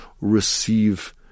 receive